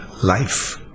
life